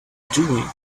doing